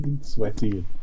Sweaty